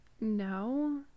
no